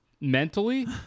mentally